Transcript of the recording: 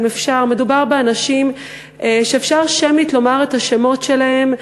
אם אפשר: מדובר באנשים שאפשר לומר את השמות שלהם.